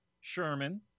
Sherman